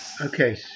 Okay